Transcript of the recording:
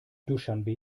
duschanbe